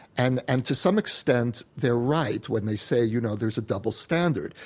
and and to some extent, they're right when they say you know there's a double standard.